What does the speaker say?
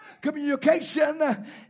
Communication